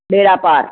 बेड़ा पार